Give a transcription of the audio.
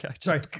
Sorry